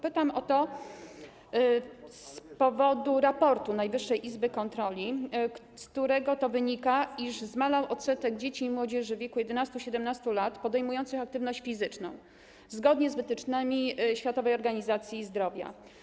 Pytam o to z powodu raportu Najwyższej Izby Kontroli, z którego wynika, iż zmalał odsetek dzieci i młodzieży w wieku 11–17 lat, podejmujących aktywność fizyczną zgodnie z wytycznymi Światowej Organizacji Zdrowia.